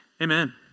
amen